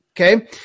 Okay